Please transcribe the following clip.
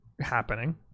happening